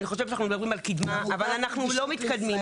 אני חושבת שאנחנו מדברים על קידמה אבל אנחנו לא מתקדמים,